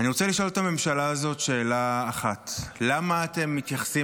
אני רוצה לשאול את הממשלה הזאת שאלה אחת: למה אתם מתייחסים